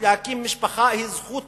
להקים משפחה היא זכות